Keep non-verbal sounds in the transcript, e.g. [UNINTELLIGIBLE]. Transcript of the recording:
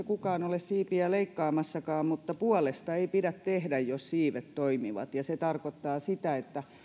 [UNINTELLIGIBLE] kukaan ole siipiä leikkaamassakaan mutta puolesta ei pidä tehdä jos siivet toimivat ja se tarkoittaa sitä että